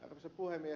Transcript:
arvoisa puhemies